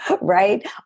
right